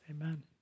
Amen